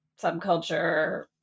subculture